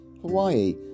Hawaii